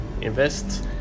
invest